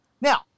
Now